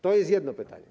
To jest jedno pytanie.